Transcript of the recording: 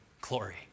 Glory